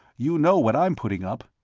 you know what i'm putting up.